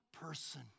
person